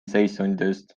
seisundist